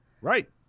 Right